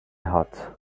hot